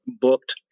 booked